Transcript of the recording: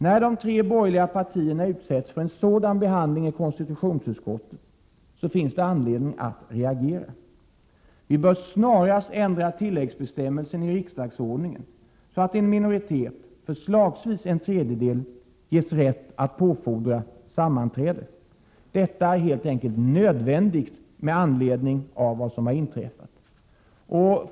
När de tre borgerliga partierna utsätts för en sådan behandling i konstitutionsutskottet finns det anledning att reagera. Vi bör snarast ändra tilläggsbestämmelsen i riksdagsordningen så att en minoritet, förslagsvis en tredjedel, ges rätt att påfordra sammanträde. Det är helt enkelt nödvändigt efter vad som har inträffat.